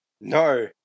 No